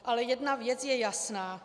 Ale jedna věc je jasná.